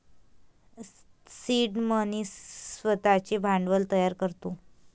seed money स्वतःचे भांडवल तयार करतो